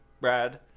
Brad